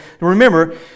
remember